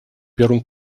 первом